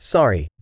Sorry